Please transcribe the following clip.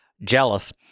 jealous